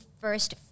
first